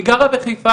היא גרה בחיפה,